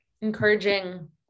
encouraging